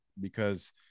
because-